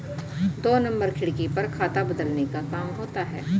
दो नंबर खिड़की पर खाता बदलने का काम होता है